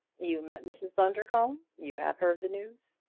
you met mrs. bundercombe? you have heard the news?